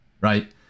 Right